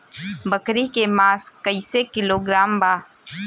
बकरी के मांस कईसे किलोग्राम बा?